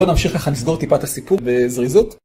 בואו נמשיך ככה לסגור טיפה את הסיפור בזריזות.